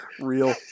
Real